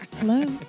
Hello